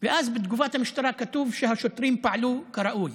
ואז בתגובת המשטרה כתוב שהשוטרים פעלו כראוי.